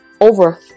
Over